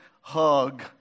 hug